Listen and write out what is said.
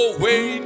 wait